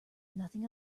nothing